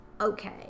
okay